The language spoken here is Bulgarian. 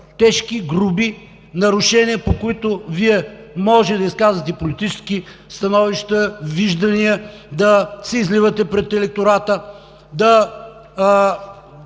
тежки и груби нарушения, по които Вие може да изказвате политически становища, виждания, да се изливате пред електората, да